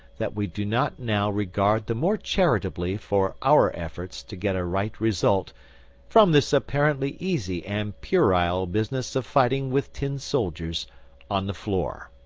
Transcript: that we do not now regard the more charitably for our efforts to get a right result from this apparently easy and puerile business of fighting with tin soldiers on the floor.